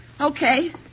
Okay